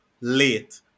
late